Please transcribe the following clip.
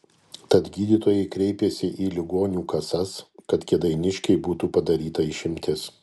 tad gydytojai kreipėsi į ligonių kasas kad kėdainiškei būtų padaryta išimtis